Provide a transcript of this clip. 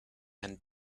and